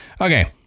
Okay